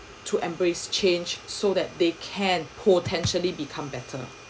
to embrace change so that they can't potentially become better